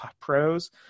pros